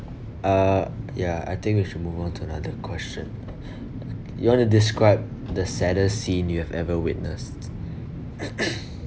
uh ya I think we should move on to another question you want to describe the saddest scene you've ever witnessed